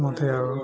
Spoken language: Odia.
ମୋତେ ଆଉ